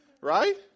right